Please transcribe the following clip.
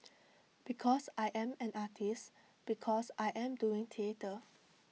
because I am an artist because I am doing theatre